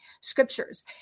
scriptures